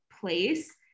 place